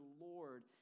Lord